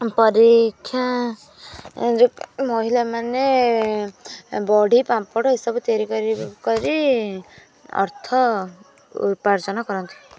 ପରୀକ୍ଷା ଯେଉଁ ମହିଳା ମାନେ ବଢ଼ି ପାମ୍ପଡ଼ ଏସବୁ ତିଆରି କରି ଅର୍ଥ ଉପାର୍ଜନ କରନ୍ତି